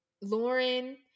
Lauren